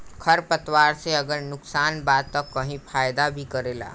खर पतवार से अगर नुकसान बा त कही फायदा भी करेला